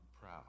proud